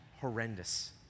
horrendous